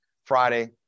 Friday